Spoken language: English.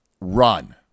run